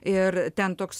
ir ten toks